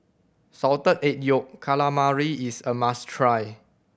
Salted Egg Yolk Calamari is a must try